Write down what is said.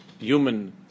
human